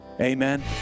Amen